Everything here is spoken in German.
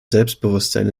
selbstbewusstsein